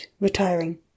retiring